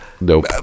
Nope